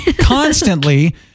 constantly